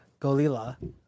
Golila